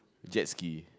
jet ski